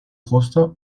justo